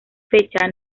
fecha